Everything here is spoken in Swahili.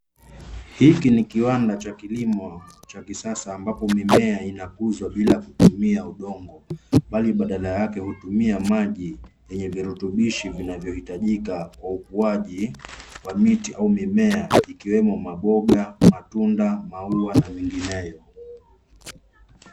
Hiki ni kiwanda cha kilimo cha kisasa ambapo mimea inakuzwa bila kutumia udongo bali badala yake, hutumia maji yenye virutubisho vinavyohitajika kwa ukuaji wa miti au mimea ikiwemo maboga, matunda, maua na mengineyo.